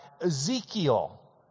Ezekiel